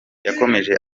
yakomeje